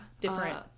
different